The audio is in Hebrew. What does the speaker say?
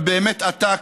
ובאמת עתק,